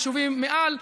ויישובים מעל.